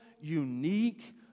unique